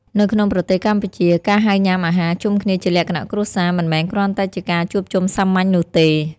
នៅក្នុងប្រទេសកម្ពុជា ការហៅញ៉ាំអាហារជុំគ្នាជាលក្ខណៈគ្រួសារ មិនមែនគ្រាន់តែជាការជួបជុំសាមញ្ញនោះទេ។